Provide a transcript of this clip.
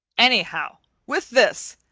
anyhow, with this,